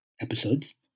episodes